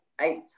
eight